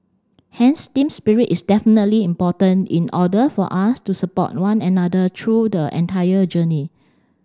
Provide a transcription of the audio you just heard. hence team spirit is definitely important in order for us to support one another through the entire journey